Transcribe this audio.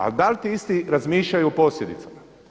A da li ti isti razmišljaju o posljedicama?